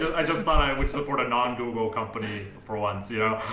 i just thought i would support a non-google company for once. yeah